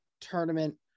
tournament